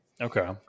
Okay